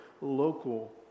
local